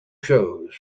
shows